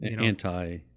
anti